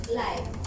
life